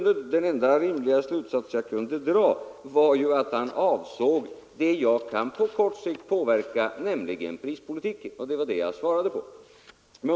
Den enda rimliga slutsats jag kunde dra var ju att han avsåg det jag kan på kort sikt påverka, nämligen prispolitiken, och det var detta jag svarade på.